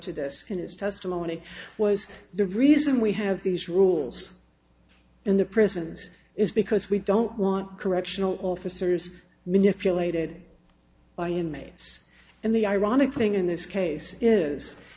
to this in his testimony was the reason we have these rules in the prisons is because we don't want correctional officers manipulated by inmates and the ironic thing in this case is